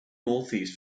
northeast